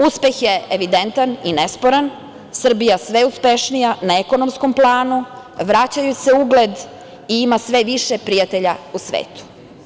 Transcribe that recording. Uspeh je evidentan i nesporan, Srbija sve uspešnija na ekonomskom planu, vraća joj se ugled i ima sve više prijatelja u svetu.